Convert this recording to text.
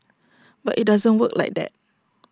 but IT doesn't work like that